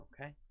okay